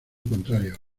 contrario